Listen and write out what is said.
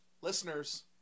listeners